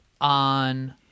on